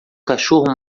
cachorro